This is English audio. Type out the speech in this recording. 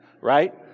right